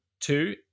two